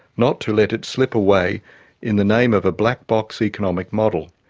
not to let it slip away in the name of a black box economic model.